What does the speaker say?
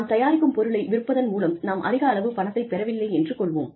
நாம் தயாரிக்கும் பொருளை விற்பதன் மூலம் நாம் அதிகளவு பணத்தை பெற வில்லை என்று கொள்வோம்